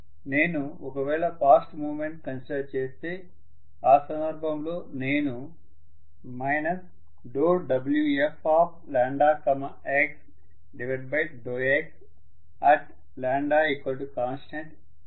నేను ఒకవేళ fast moment consider చేస్తే ఆ సందర్భంలో నేను ∂Wfx∂x｜ constantForce గా కలిగి ఉంటాను